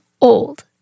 old